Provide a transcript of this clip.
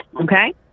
Okay